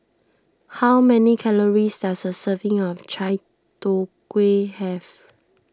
how many calories does a serving of Chai Tow Kway have